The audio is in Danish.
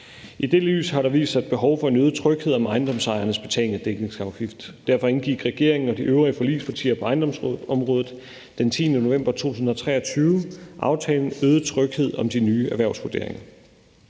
I det lys har der vist sig et behov for en øget tryghed om ejendomsejernes betaling af dækningsafgift. Derfor indgik regeringen og de øvrige forligspartier på ejendomsområdet den 10. november 2023 aftalen »Øget tryghed om de nye erhvervsvurderinger«.